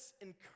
encourage